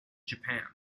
japan